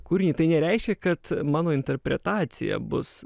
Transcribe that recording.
kūrinį tai nereiškia kad mano interpretacija bus